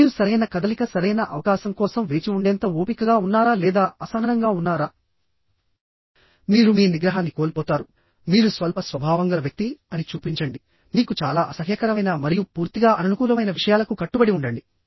మీరు సరైన కదలిక సరైన అవకాశం కోసం వేచి ఉండేంత ఓపికగా ఉన్నారా లేదా అసహనంగా ఉన్నారా మీరు మీ నిగ్రహాన్ని కోల్పోతారు మీరు స్వల్ప స్వభావంగల వ్యక్తి అని చూపించండి మీకు చాలా అసహ్యకరమైన మరియు పూర్తిగా అననుకూలమైన విషయాలకు కట్టుబడి ఉండండి